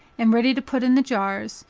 and ready to put in the jars,